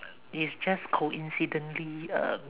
is just coincidentally um